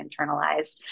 internalized